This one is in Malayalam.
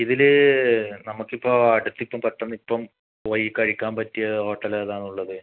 ഇതിൽ നമുക്കിപ്പോൾ അടുത്തിപ്പോൾ പെട്ടന്നിപ്പം പോയിക്കഴിക്കാൻ പറ്റിയ ഹോട്ടല് ഏതാണുള്ളത്